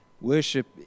worship